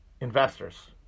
investors